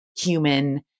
human